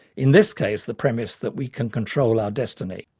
in this case the premise that we can control our destiny.